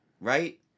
right